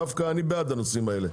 דווקא אני בעד הנושאים האלה.